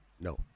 No